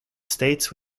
states